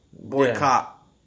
boycott